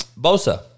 Bosa